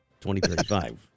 2035